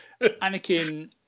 Anakin